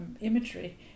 Imagery